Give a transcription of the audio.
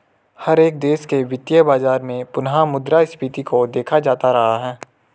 हर एक देश के वित्तीय बाजार में पुनः मुद्रा स्फीती को देखा जाता रहा है